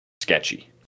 sketchy